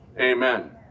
Amen